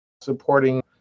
supporting